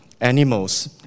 animals